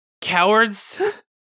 Cowards